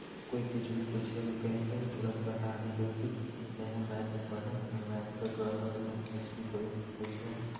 कोई कुछ भी पूछेगा कहीं पे तो तुरंत बता भी दो कि नहीं हम मैथ से पढ़ रहे हैं हमको मैथ पे गर्व है कि हम कुछ भी कोई हमसे पूछना है